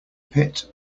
pit